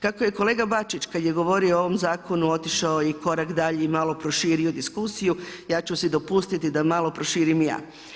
Kako je kolega Bačić, kad je govorio o ovom zakonu, otišao i korak dalje i malo proširio diskusiju, ja ću si dopustiti da malo proširim ja.